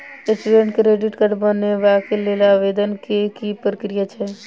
Student credit card बनेबाक लेल आवेदन केँ की प्रक्रिया छै?